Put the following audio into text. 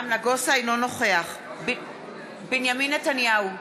אינו נוכח בנימין נתניהו,